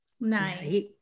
Nice